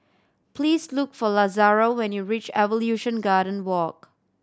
please look for Lazaro when you reach Evolution Garden Walk